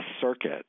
circuit